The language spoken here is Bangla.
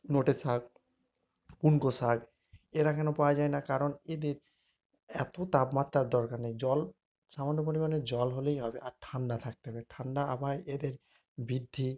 নটে শাক কুনকো শাক এরা কেন পাওয়া যায় না কারণ এদের এতো তাপমাত্রার দরকার নেই জল সামান্য পরিমাণে জল হলেই হবে আর ঠান্ডা থাকতে হবে ঠান্ডা আবহাওয়ায় এদের বৃদ্ধি